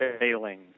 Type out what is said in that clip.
failing